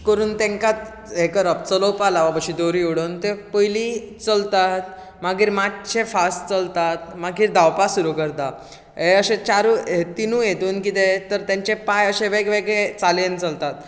करून तेंकांच हें करप चलोवपा लावप दोरी उडोवन ते पयलीं चलता मागीर मातशे फास्ट चलतात मागीर धांवपा सुरू करता हे अशें चारूय तिनुय हेतूंत कितें तर तेंचे पांय अशे वेग वेगळे चालीन चलतात